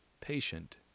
patient